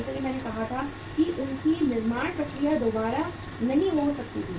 जैसा कि मैंने कहा था कि उनकी निर्माण प्रक्रिया दोबारा नहीं हो सकती है